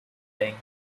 length